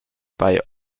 bei